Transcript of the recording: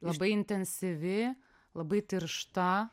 labai intensyvi labai tiršta